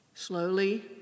Slowly